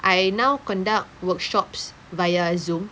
I now conduct workshops via Zoom